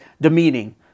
demeaning